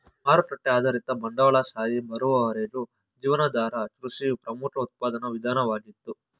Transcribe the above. ಮಾರುಕಟ್ಟೆ ಆಧಾರಿತ ಬಂಡವಾಳಶಾಹಿ ಬರುವವರೆಗೂ ಜೀವನಾಧಾರ ಕೃಷಿಯು ಪ್ರಮುಖ ಉತ್ಪಾದನಾ ವಿಧಾನವಾಗಿತ್ತು